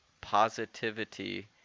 Positivity